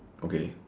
okay